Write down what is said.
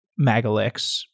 Magalix